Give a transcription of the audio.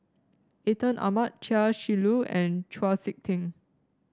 Atin Amat Chia Shi Lu and Chau SiK Ting